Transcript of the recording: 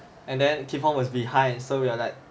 and then kee fong was behind so we are like